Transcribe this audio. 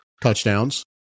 touchdowns